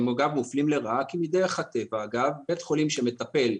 הם גם מופלים לרעה כי מדרך הטבע בית חולים שמטפל,